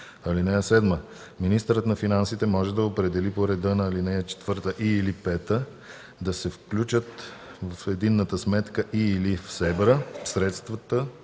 (7) Министърът на финансите може да определи по реда на ал. 4 и/или 5 да се включат в единната сметка и/или в СЕБРА средствата,